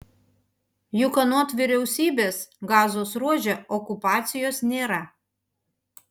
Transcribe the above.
juk anot jo vyriausybės gazos ruože okupacijos nėra